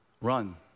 run